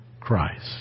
Christ